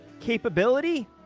capability